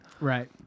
Right